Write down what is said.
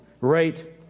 right